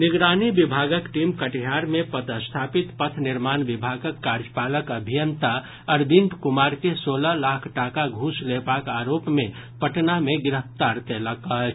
निगरानी विभागक टीम कटिहार मे पदस्थापित पथ निर्माण विभागक कार्यपालक अभियंता अरविंद कुमार के सोलह लाख टाका घूस लेबाक आरोप मे पटना मे गिरफ्तार कयलक अछि